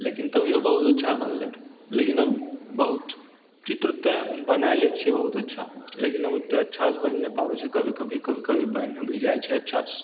लेकिन तभियो बहुत अच्छा बनलै रहऽ लेकिन अब बहुत चित्र तऽ बनाए लै छियै बहुत अच्छा लेकिन आब ओते अच्छा सऽ बनाबै छियै कभी कभी कभी बनि भी जाइ छै अच्छा सऽ